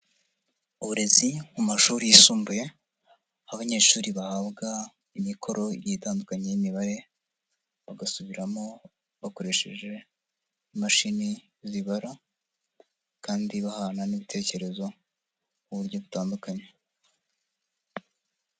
Uburezi mu mashuri yisumbuye aho abanyeshuri bahabwa imikoro itandukanye y'Imibare, bagasubiramo bakoresheje imashini zibara kandi bahana n'ibitekerezo mu buryo butandukanye.